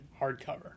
hardcover